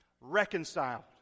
reconciled